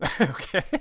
Okay